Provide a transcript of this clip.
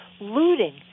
looting